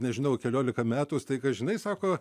nežinau keliolika metų staiga žinai sako